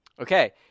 Okay